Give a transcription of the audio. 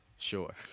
Sure